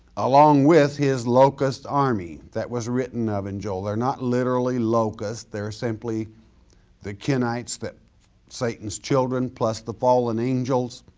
along with his locust army that was written of in joel. they're not literally locusts, they're simply the kenites that satan's children plus the fallen angels.